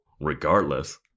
regardless